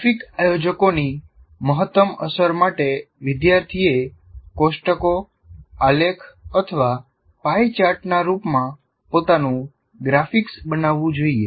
graphic આયોજકોની મહત્તમ અસર માટે વિદ્યાર્થીએ કોષ્ટકો આલેખ અથવા પાઇ ચાર્ટના રૂપમાં પોતાનું ગ્રાફિક્સ બનાવવું જોઈએ